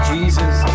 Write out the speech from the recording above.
Jesus